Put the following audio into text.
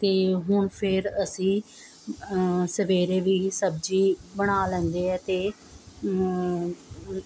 ਅਤੇ ਹੁਣ ਫੇਰ ਅਸੀਂ ਸਵੇਰੇ ਵੀ ਸਬਜ਼ੀ ਬਣਾ ਲੈਂਦੇ ਏ ਅਤੇ